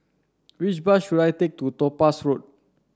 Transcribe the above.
which bus should I take to Topaz Road